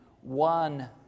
one